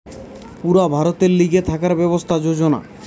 পুরা ভারতের লিগে থাকার ব্যবস্থার যোজনা